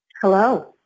Hello